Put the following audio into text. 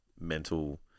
mental